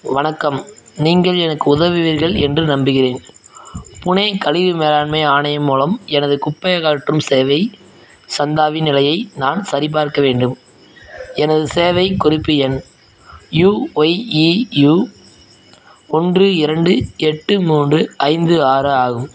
வணக்கம் நீங்கள் எனக்கு உதவுவீர்கள் என்று நம்புகிறேன் புனே கழிவு மேலாண்மை ஆணையம் மூலம் எனது குப்பை அகற்றும் சேவை சந்தாவின் நிலையை நான் சரிபார்க்க வேண்டும் எனது சேவை குறிப்பு எண் யூஒய்இயூ ஒன்று இரண்டு எட்டு மூன்று ஐந்து ஆறு ஆகும்